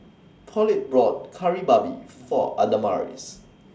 Paulette bought Kari Babi For Adamaris